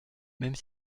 même